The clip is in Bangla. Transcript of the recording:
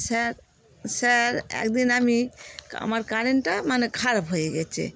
স্যার স্যার একদিন আমি আমার কারেন্টটা মানে খারাপ হয়ে গেছে